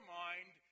mind